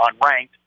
unranked